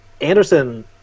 Anderson